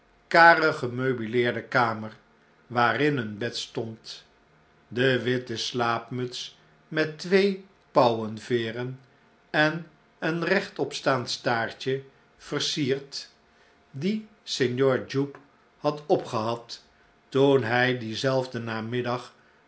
karig gemeubileerde kamer waarin een bed stond de witte slaapmuts met twee pauwenveeren en een rechtopstaand staartje versierd die signor jupe had opgehad toen hij dienzelfden